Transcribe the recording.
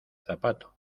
zapato